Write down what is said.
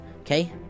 Okay